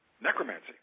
Necromancy